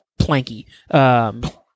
Planky